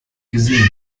gesehen